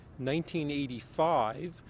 1985